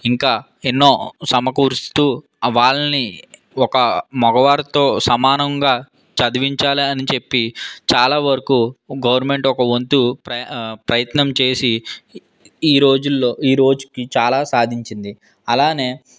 ఇంకా ఎన్నో సమకూరుస్తు వాళ్ళని ఒక మగవారితో సమానంగా చదివించాలని చెప్పి చాలా వరకు గవర్నమెంట్ ఒక వంతు ప్రయత్నం చేసి ఈ రోజుల్లో ఈ రోజుకి చాలా సాధించింది అలానే